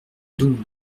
donc